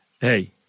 Hey